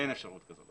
אין אפשרות כזו.